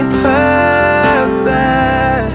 purpose